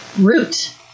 root